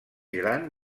gran